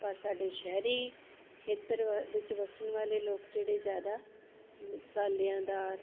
ਪਰ ਸਾਡੇ ਸ਼ਹਿਰੀ ਖੇਤਰ ਵ ਵਿੱਚ ਵਸਣ ਵਾਲੇ ਲੋਕ ਜਿਹੜੇ ਜ਼ਿਆਦਾ ਮਸਾਲਿਆਂ ਦਾਰ